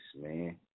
man